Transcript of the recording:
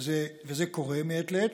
וזה קורה מעת לעת,